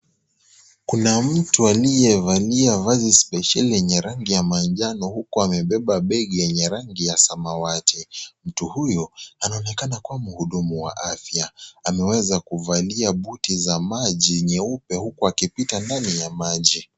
Kuna mtu aliyevalia vazi spesheli yenye rangi ya manjano huku amebeba begi yenye rangi ya samawati. Mtu huyo anaonekana kuwa mhudumu wa afya. Ameweza kuvalia buti za maji nyeupe huku akipita ndani ya maji.